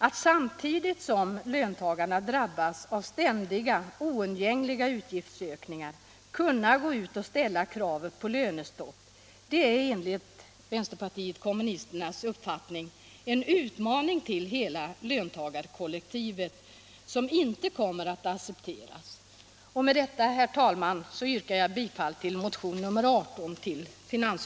Att samtidigt som löntagarna drabbas av ständiga och oundgängliga utgiftsökningar gå ut och ställa krav på lönestopp är enligt vänsterpartiet kommunisternas uppfattning en utmaning till hela löntagarkollektivet som inte kommer att accepteras.